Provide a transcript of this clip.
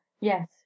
Yes